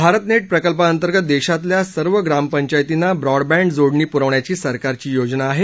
भारतनेट प्रकल्पाअंतर्गत देशातल्या सर्व ग्रामपंचायतींना ब्रॉड बॅण्ड जोडणी प्रवण्याची सरकारची योजना आहे